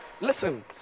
listen